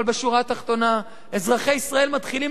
אבל בשורה התחתונה אזרחי ישראל מתחילים